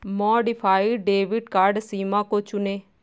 modified debit card सीमा को चुनें